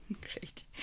Great